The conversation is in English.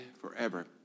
forever